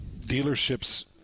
dealerships